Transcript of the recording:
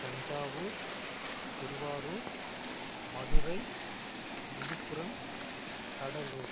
Thanjavur Tiruvarur Madurai Viluppuram Cuddalore